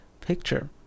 picture